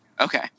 Okay